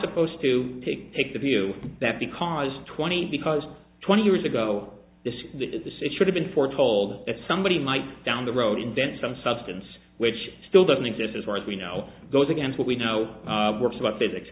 supposed to take take the view that because twenty because twenty years ago this is the citric been foretold it somebody might down the road invent some substance which still doesn't exist as far as we know goes against what we know works about physics